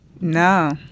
no